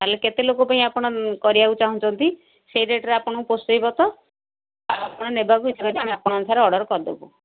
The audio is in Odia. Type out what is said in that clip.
ତାହାଲେ କେତେ ଲୋକଙ୍କ ପାଇଁ କରିବାକୁ ଚାହୁଁଛନ୍ତି ସେଇ ରେଟ୍ ଆପଣଙ୍କୁ ପୋଷେଇବ ତ ଆପଣ ନେବାକୁ ଆମେ ଆପଣଙ୍କ ଅନୁସାରେ ଅର୍ଡର୍ କରିଦେବୁ